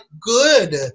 good